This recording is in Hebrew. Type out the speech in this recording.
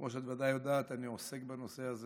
כמו שאת ודאי יודעת, אני עוסק בנושא הזה